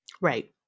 Right